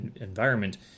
environment